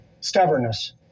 stubbornness